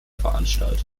veranstaltet